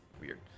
weird